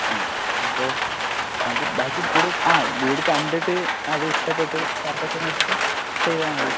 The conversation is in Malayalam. ആ അപ്പോൾ നമുക്ക് ബാക്കി വീട് ആ വീട് കണ്ടിട്ട് അത് ഇഷ്ടപ്പെട്ട്